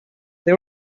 they